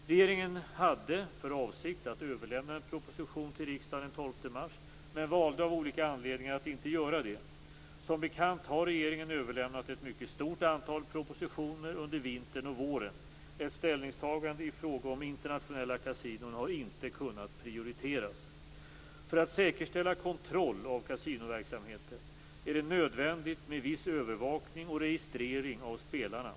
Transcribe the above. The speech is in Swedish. Regeringen hade för avsikt att överlämna en proposition till riksdagen den 12 mars men valde av olika anledningar att inte göra det. Som bekant har regeringen överlämnat ett mycket stort antal propositioner under vintern och våren. Ett ställningstagande i frågan om internationella kasinon har inte kunnat prioriteras. För att säkerställa kontroll av kasinoverksamheten är det nödvändigt med viss övervakning och registrering av spelarna.